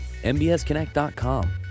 MBSConnect.com